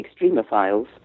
extremophiles